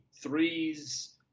threes